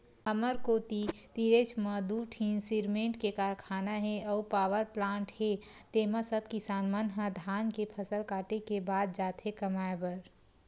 हमर कोती तीरेच म दू ठीन सिरमेंट के कारखाना हे अउ पावरप्लांट हे तेंमा सब किसान मन ह धान के फसल काटे के बाद जाथे कमाए बर